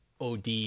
od